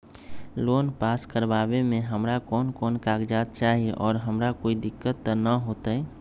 Loan पास करवावे में हमरा कौन कौन कागजात चाही और हमरा कोई दिक्कत त ना होतई?